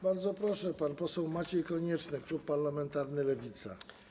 Bardzo proszę, pan poseł Maciej Konieczny, klub parlamentarny Lewica.